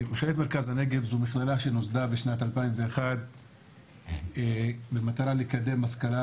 מכללת מרכז הנגב נוסדה בשנת 2001 במטרה לקדם השכלה